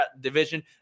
division